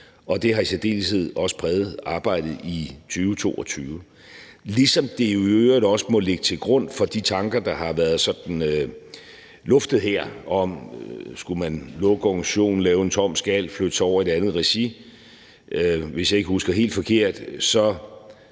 og det har i særdeleshed også præget arbejdet i 2022, ligesom det jo i øvrigt også må ligge til grund for de tanker, der har været luftet her, om: Skulle man lukke organisationen, lave en tom skal, flytte sig over i et andet regi? Hvis jeg ikke husker helt forkert, smed